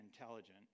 intelligent